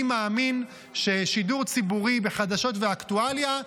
אני מאמין ששידור ציבורי וחדשות ואקטואליה,